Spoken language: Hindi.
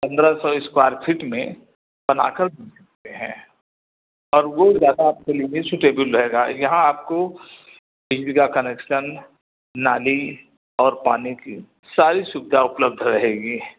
पंद्रह सौ स्क्वायर फीट में बना कर दे सकते हैं और वो ज़्यादा आपके लिए सूटेबुल रहेगा यहाँ आपको बिजली का कनेक्शन नाली और पानी की सारी सुविधा उपलब्ध रहेगी